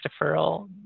deferral